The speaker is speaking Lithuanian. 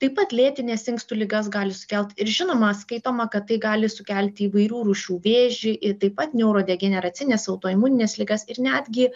taip pat lėtines inkstų ligas gali sukelt ir žinoma skaitoma kad tai gali sukelti įvairių rūšių vėžį ir taip pat neurodegeneracines autoimunines ligas ir netgi